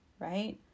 right